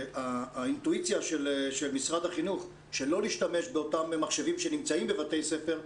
האינטואיציה של משרד החינוך שלא להשתמש באותם מחשבים בבתי ספר,